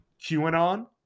QAnon